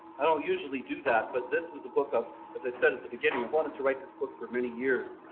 i don't usually do that but this was a book of as i said at the beginning i wanted to write this book for many years.